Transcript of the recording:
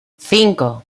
cinco